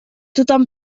tothom